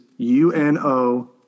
UNO